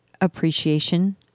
appreciation